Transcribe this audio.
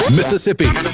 Mississippi